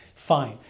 Fine